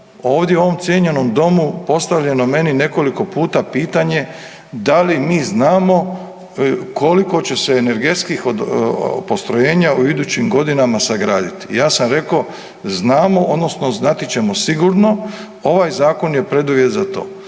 ovdje u ovom cijenjenom domu postavljeno meni nekoliko puta pitanje da li mi znamo koliko će se energetskih postrojenja u idućim godinama sagraditi. Ja sam rekao znamo odnosno znat ćemo sigurno, ovaj Zakon je preduvjet za to.